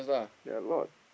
there are a lot